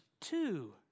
two